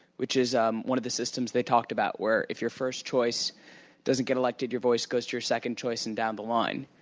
which is um one of the systems they talked about, where if your first choice doesn't get elected, your voice goes to your second choice and down the line.